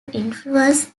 influence